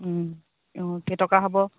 অঁ কেইটকা হ'ব